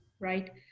right